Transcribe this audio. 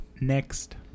next